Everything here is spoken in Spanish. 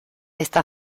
esta